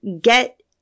get